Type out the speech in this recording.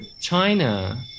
China